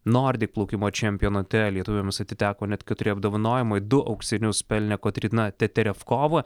nordi plaukimo čempionate lietuviams atiteko net keturi apdovanojimai du auksinius pelnė kotryna teterefkova